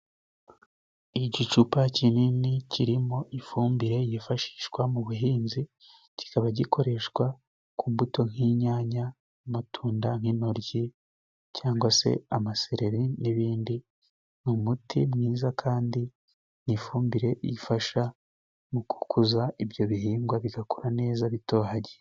Igicupa kinini kirimo ifumbire yifashishwa mu buhinzi，kikaba gikoreshwa ku mbuto， nk'inyanya，amatunda， nk'intoryi cyangwa se amasereri，n'ibindi，ni umuti mwiza kandi ifumbire ifasha mu gukuza ibyo bihingwa bigakura neza bitohagiye.